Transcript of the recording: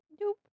Nope